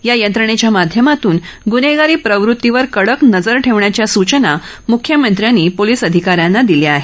या यंत्रणेच्या माध्यमातून गून्हेगारी प्रवृत्तीवर कडक नजर ठेवण्याच्या सूचना मुख्यमंत्र्यानी पोलिस अधिका यांना दिल्या आहेत